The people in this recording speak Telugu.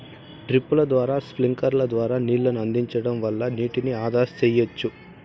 డ్రిప్పుల ద్వారా స్ప్రింక్లర్ల ద్వారా నీళ్ళను అందించడం వల్ల నీటిని ఆదా సెయ్యచ్చు